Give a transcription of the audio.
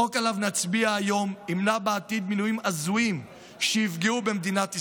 החוק שעליו נצביע היום ימנע בעתיד מינויים הזויים שיפגעו במדינת ישראל.